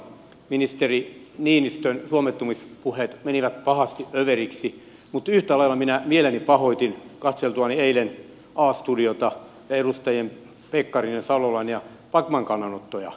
ministeri niinistön suomettumispuheet menivät pahasti överiksi mutta yhtä lailla minä mieleni pahoitin katseltuani eilen a studiota ja edustajien pekkarinen salolainen ja backman kannanottoja